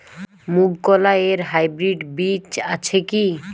মুগকলাই এর হাইব্রিড বীজ আছে কি?